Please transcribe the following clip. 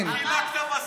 חילקת מסכות.